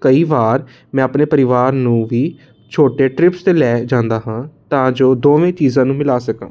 ਕਈ ਵਾਰ ਮੈਂ ਆਪਣੇ ਪਰਿਵਾਰ ਨੂੰ ਵੀ ਛੋਟੇ ਟ੍ਰਿਪਸ 'ਤੇ ਲੈ ਜਾਂਦਾ ਹਾਂ ਤਾਂ ਜੋ ਦੋਵੇਂ ਚੀਜ਼ਾਂ ਨੂੰ ਮਿਲਾ ਸਕਾਂ